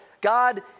God